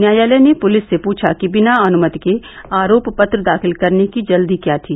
न्यायलय ने पुलिस से पूछा कि बिना अनुमति के आरोप पत्र दाखिल करने की जल्दी क्या थी